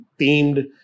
themed